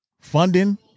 Funding